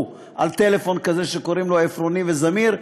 על טלפון כזה שקוראים לו "עפרוני" או "זמיר".